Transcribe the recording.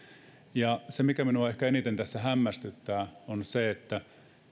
se mikä minua ehkä eniten tässä hämmästyttää on se että